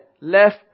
left